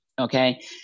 Okay